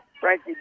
Frankie